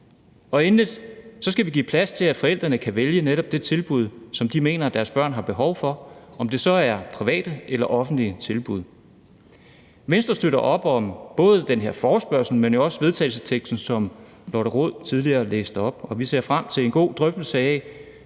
Endelig skal vi give plads til, at forældrene kan vælge netop det tilbud, som de mener deres børn har behov for, om det så er private eller offentlige tilbud. Venstre støtter op om både den her forespørgsel, men jo også vedtagelsesteksten, som Lotte Rod tidligere læste op, og vi ser frem til en god drøftelse af,